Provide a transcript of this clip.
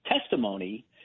testimony